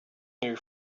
new